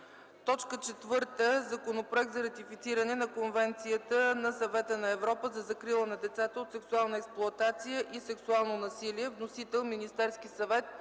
юли 2011 г. 4. Законопроект за ратифициране на Конвенцията на Съвета на Европа за закрила на децата от сексуална експлоатация и сексуално насилие. Вносител е Министерският съвет,